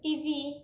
TV